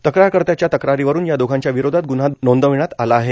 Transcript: तक्रारकर्त्यांच्या तक्रारीवरून या दोघांच्या विरोधात ग्न्हा नोंदविण्यात आला आहे